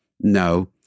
No